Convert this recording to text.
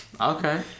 Okay